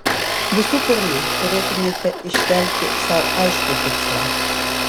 visų pirma turėtumėte iškelti sau aiškų tikslą